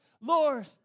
Lord